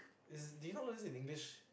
is do you not learn this in English